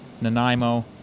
Nanaimo